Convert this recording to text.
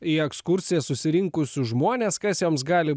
į ekskursijas susirinkusius žmones kas joms gali